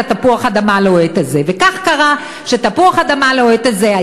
את תפוח האדמה הלוהט הזה.